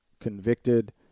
convicted